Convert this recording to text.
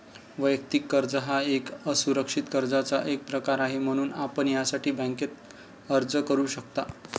वैयक्तिक कर्ज हा एक असुरक्षित कर्जाचा एक प्रकार आहे, म्हणून आपण यासाठी बँकेत अर्ज करू शकता